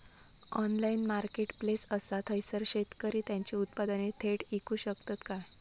Online marketplace असा थयसर शेतकरी त्यांची उत्पादने थेट इकू शकतत काय?